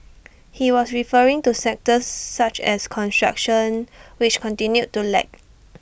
he was referring to sectors such as construction which continued to lag